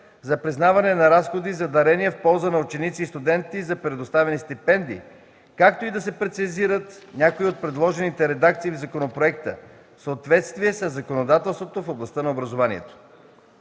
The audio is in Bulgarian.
за признаване на разходи за дарения в полза на ученици и студенти за предоставени стипендии, както и да се прецизират някои от предложените редакции в законопроекта, в съответствие със законодателството в областта на образованието.